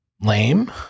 lame